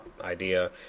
idea